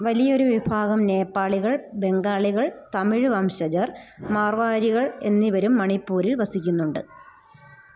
വലിയ ഒരു വിഭാഗം നേപ്പാളികൾ ബംഗാളികൾ തമിഴ് വംശജർ മാർവാരികൾ എന്നിവരും മണിപ്പൂരിൽ വസിക്കുന്നുണ്ട്